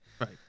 Right